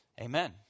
Amen